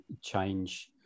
change